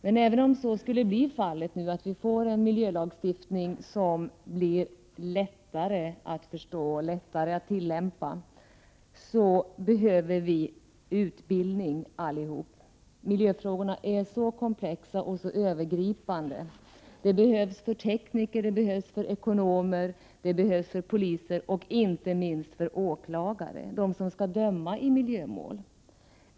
Men även om miljölagstiftningen blir lättare att förstå och att tillämpa behöver alla utbildning. Miljöfrågorna är så komplexa och så övergripande. Det behövs utbildning för tekniker, för ekonomer, för poliser och inte minst för åklagare som skall döma i miljömål.